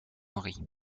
henry